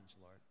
Lord